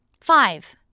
Five